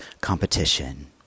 competition